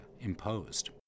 imposed